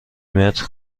متر